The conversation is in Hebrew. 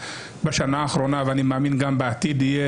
בשנה האחרונה ואני מאמין שבעתיד ההתמודדות תהיה